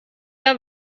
are